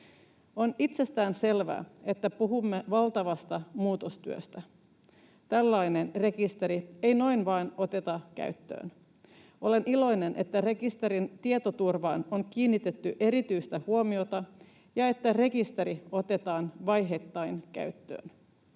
On itsestään selvää, että puhumme valtavasta muutostyöstä. Tällaista rekisteriä ei noin vain oteta käyttöön. Olen iloinen, että rekisterin tietoturvaan on kiinnitetty erityistä huomiota ja että rekisteri otetaan käyttöön